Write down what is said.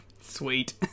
Sweet